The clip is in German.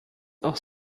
auch